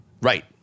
Right